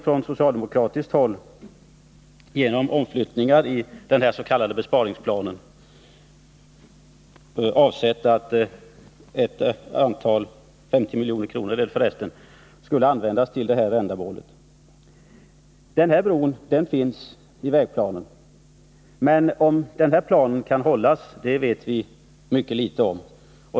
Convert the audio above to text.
Från socialdemokratiskt håll har vi nu föreslagit att man genom omflyttningar i den s.k. besparingsplanen skall avsätta totalt 50 milj.kr. för brobyggnation. Bron vid Bjursundsström finns med i vägplanen, men huruvida den planen kan hållas vet vi mycket litet om.